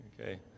okay